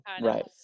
right